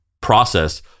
process